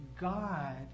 God